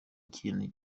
ikintu